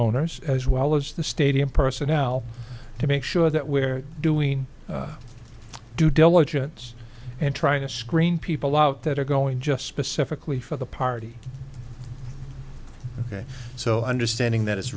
owners as well as the stadium personnel to make sure that we're doing due diligence and try to screen people out that are going just specifically for the party so understanding that